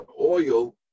oil